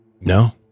No